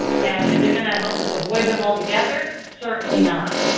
now is it going to help us avoid them altogether? certainly not.